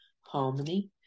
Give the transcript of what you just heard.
harmony